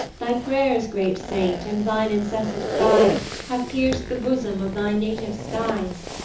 thy pray'rs, great saint, and thine incessant cries have pierc'd the bosom of thy native skies.